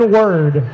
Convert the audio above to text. word